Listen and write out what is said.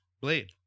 Blade